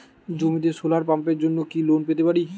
জমিতে সোলার পাম্পের জন্য কি লোন পেতে পারি?